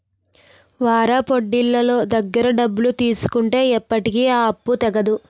వారాపొడ్డీలోళ్ళ దగ్గర డబ్బులు తీసుకుంటే ఎప్పటికీ ఆ అప్పు తెగదు